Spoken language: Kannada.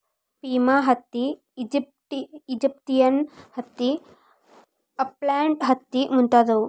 ಪಿಮಾ ಹತ್ತಿ, ಈಜಿಪ್ತಿಯನ್ ಹತ್ತಿ, ಅಪ್ಲ್ಯಾಂಡ ಹತ್ತಿ ಮುಂತಾದವು